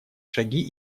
шаги